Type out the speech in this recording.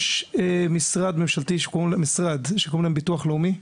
יש משרד ממשלתי שקוראים לו ביטוח לאומי,